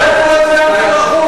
הביתה, הביתה, הביתה, הביתה, הביתה.